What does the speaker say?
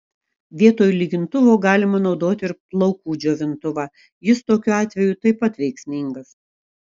vietoj lygintuvo galima naudoti ir plaukų džiovintuvą jis tokiu atveju taip pat veiksmingas